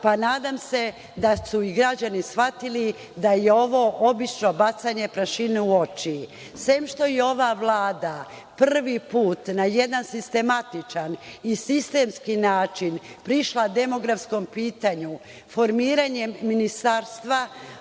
Nadam se da su i građani shvatili da je ovo obično bacanje prašine u oči. Sem što je ova Vlada prvi put na jedan sistematičan i sistemski način prišla demografskom pitanju formiranjem ministarstva